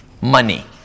Money